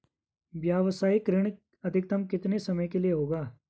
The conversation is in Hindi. व्यावसायिक ऋण अधिकतम कितने समय के लिए होगा?